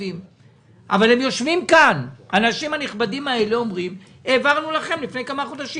אבל הם יושבים כאן ואומרים שהעבירו לפני כמה חודשים.